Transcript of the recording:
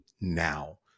now